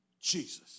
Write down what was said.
Jesus